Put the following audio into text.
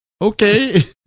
Okay